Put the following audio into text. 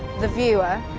the viewer,